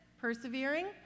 persevering